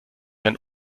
ein